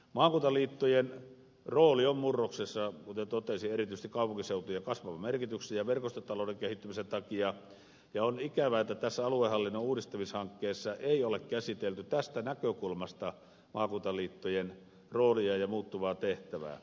maakuntaliittojen rooli on murroksessa kuten totesin erityisesti kaupunkiseutujen kasvavan merkityksen ja verkostotalouden kehittymisen takia ja on ikävää että tässä aluehallinnon uudistamishankkeessa ei ole käsitelty tästä näkökulmasta maakuntaliittojen roolia ja muuttuvaa tehtävää